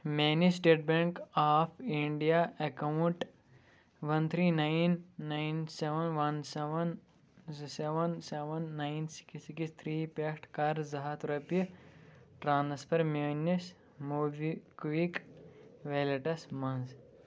میانہِ State Bank of India account one three nine nine seven one seven زٕ seven seven nine six six three پٮ۪ٹھ کر زٕ ہتھ رۄپیہِ ٹرانسفر میٲنِس موٗبی کُوِک ویلیٹَس مَنٛز